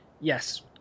Yes